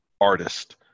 artist